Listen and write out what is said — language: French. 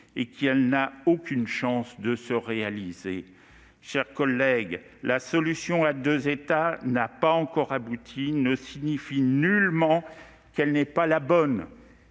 et n'a aucune chance de se réaliser. Mes chers collègues, que la solution à deux États n'ait pas encore abouti ne signifie nullement que ce n'est pas la bonne